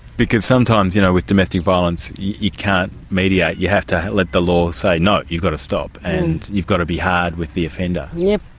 because sometimes you know, with domestic violence you can't mediate, you have to let the law say, no, you've got to stop and you've got to be hard with the offender. yep.